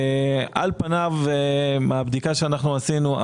על פניו מהבדיקה שעשינו,